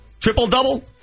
Triple-double